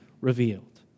revealed